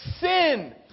sin